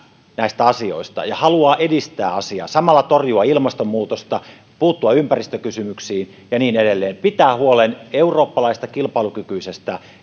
näistä asioista ja haluaa edistää asiaa samalla torjua ilmastonmuutosta puuttua ympäristökysymyksiin ja niin edelleen pitää huolen eurooppalaisesta kilpailukykyisestä